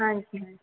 ਹਾਂਜੀ